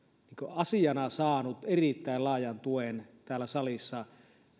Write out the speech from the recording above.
asiana saanut erittäin laajan tuen täällä salissa